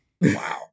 Wow